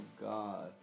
God